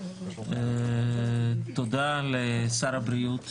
תודה לשר הבריאות,